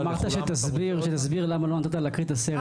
אמרת שתסביר למה לא נתת לה להקרין את הסרט,